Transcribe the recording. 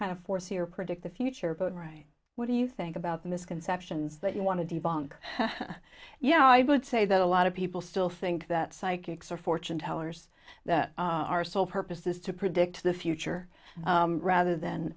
kind of foresee or predict the future but right what do you think about the misconceptions that you want to debunk yeah i would say that a lot of people still think that psychics are fortune tellers that our sole purpose is to predict the future rather than